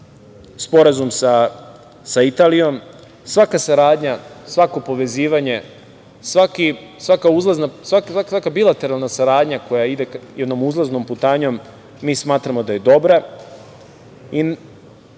Sporazum sa Italijom. Svaka saradnja, svako povezivanje, svaka bilateralna saradnja koja ide jednom uzlaznom putanjom mi smatramo da je dobra.